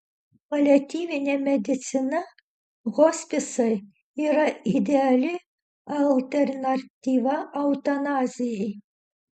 paliatyvinė medicina hospisai yra ideali alternatyva eutanazijai